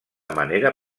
manera